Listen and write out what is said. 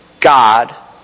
God